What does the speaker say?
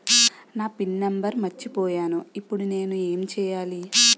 నా PIN number మర్చిపోయాను ఇప్పుడు నేను ఎంచేయాలి?